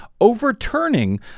overturning